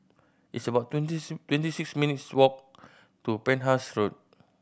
it's about twenty twenty six minutes' walk to Penhas Road